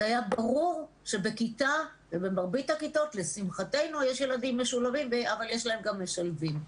זה היה ברור שבכיתה יש ילדים משולבים אבל יש להם גם משלבים.